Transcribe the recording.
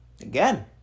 again